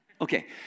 Okay